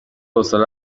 حوصله